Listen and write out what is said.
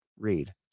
Read